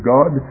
God